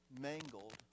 mangled